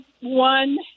one